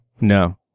no